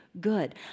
good